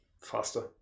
faster